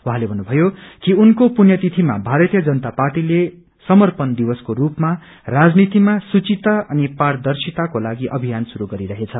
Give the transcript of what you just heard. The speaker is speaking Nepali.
उहाँले भन्नुभयो कि उनको पुण्यतिथीमा भारतीय जनता पार्टीले समर्पण दिवसको रूपमा राजनीतिमा शुचिता अनि पारदर्शिताकोलागि अभियान शुरू गरिरहेछ